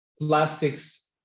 plastics